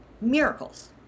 Miracles